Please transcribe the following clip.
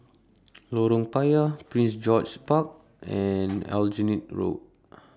Lorong Payah Prince George's Park and Aljunied Road